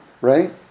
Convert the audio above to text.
Right